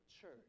church